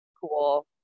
cool